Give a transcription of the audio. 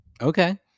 okay